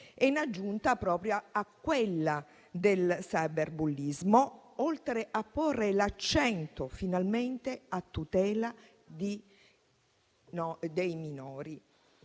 in aggiunta proprio a quella del cyberbullismo, oltre a porre l'accento finalmente a tutela dei minori